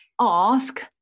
ask